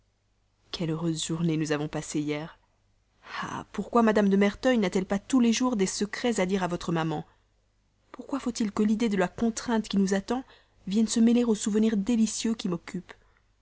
quelle heureuse journée nous avons passée hier ah pourquoi mme de merteuil n'a-t-elle pas tous les jours des secrets à dire à votre maman pourquoi faut-il que l'idée de la contrainte qui nous attend vienne se mêler au souvenir délicieux qui m'occupe